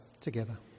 together